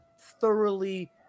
thoroughly